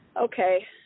Okay